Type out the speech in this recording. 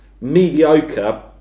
mediocre